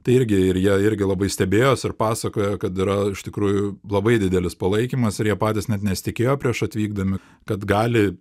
tai irgi ir jie irgi labai stebėjos ir pasakojo kad yra iš tikrųjų labai didelis palaikymas ir jie patys net nesitikėjo prieš atvykdami kad gali